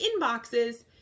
inboxes